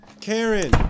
Karen